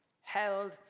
held